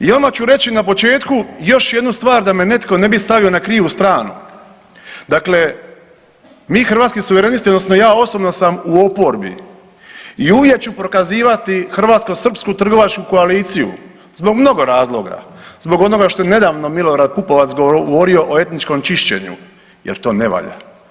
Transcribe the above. I odmah ću reći na početku još jednu stvar da me netko ne bi stavio na krivu stranu, dakle mi Hrvatski suverenisti odnosno ja osobno sam u oporbi i uvijek ću prokazivati hrvatsko-srpsku trgovačku koaliciju zbog mnogo razloga, zbog onoga što je nedavno Milorad Pupovac govorio o etničkom čišćenju jer to ne valja.